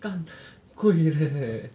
干 贵 leh